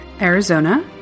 Arizona